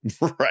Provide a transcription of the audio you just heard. Right